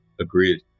Agreed